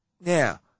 Now